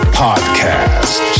podcast